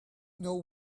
know